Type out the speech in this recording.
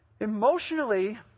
Emotionally